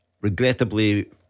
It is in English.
Regrettably